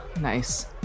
nice